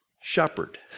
shepherd